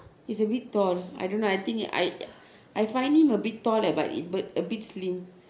he's a bit tall I don't know I think I I find him a bit tall ah but uh but a bit slim